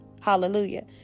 Hallelujah